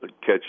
catch